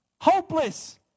Hopeless